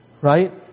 right